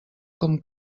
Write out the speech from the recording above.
com